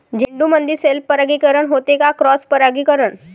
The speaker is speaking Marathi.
झेंडूमंदी सेल्फ परागीकरन होते का क्रॉस परागीकरन?